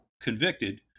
convicted